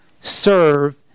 serve